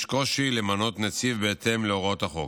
יש קושי למנות נציב בהתאם להוראות החוק.